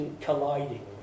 colliding